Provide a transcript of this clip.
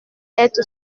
être